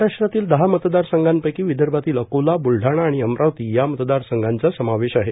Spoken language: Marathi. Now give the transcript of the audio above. महाराष्ट्रातील दहा मतदारसंघांपैकी विदर्भातील अकोला बुलढाणा आणि अमरावती या मतदारसंघाचा समावेश आहे